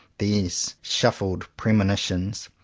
these shuffled premonitions.